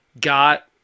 got